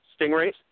Stingrays